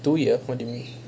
two years what do you mean